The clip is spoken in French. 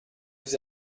vous